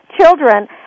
children